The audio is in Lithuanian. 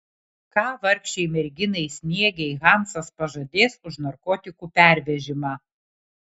ką vargšei merginai sniegei hansas pažadės už narkotikų pervežimą